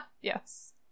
yes